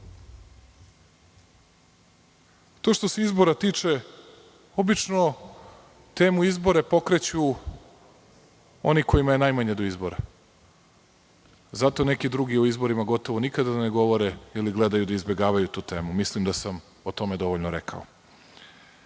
se tiče izbora, obično temu izbora pokreću oni kojima je najmanje do izbora, zato neki drugi o izborima gotovo nikada ne govore, ili gledaju da izbegavaju tu temu. Mislim, da sam o tome dovoljno